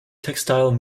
textile